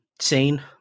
sane